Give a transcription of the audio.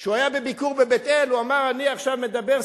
כשהוא היה בביקור בבית-אל הוא אמר: אני עכשיו מדבר,